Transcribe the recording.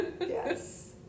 Yes